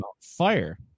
fire